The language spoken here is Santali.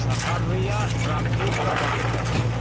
ᱥᱟᱦᱟᱨ ᱨᱮᱭᱟᱜ ᱴᱨᱟᱯᱷᱤᱠ ᱚᱠᱟᱞᱮᱠᱟ